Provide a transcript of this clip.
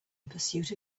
pursuit